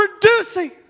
producing